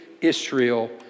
Israel